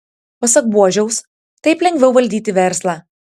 pasak buožiaus taip lengviau valdyti verslą